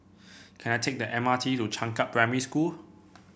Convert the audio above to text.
can I take the M R T to Changkat Primary School